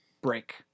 break